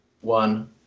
one